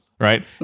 right